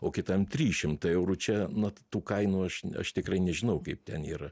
o kitam trys šimtai eurų čia nat tų kainų aš aš tikrai nežinau kaip ten yra